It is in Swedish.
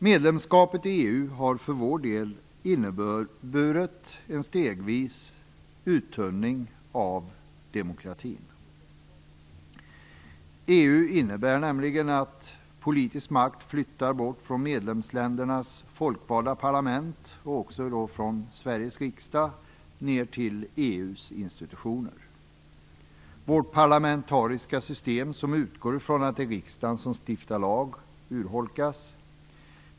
Medlemskapet i EU har för vår del inneburit en stegvis uttunning av demokratin. EU innebär nämligen att politisk makt flyttar bort från medlemsländernas folkvalda parlament, således också från Sveriges riksdag, till EU:s institutioner. Vårt parlamentariska system, som utgår från att riksdagen stiftar lagar, urholkas.